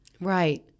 Right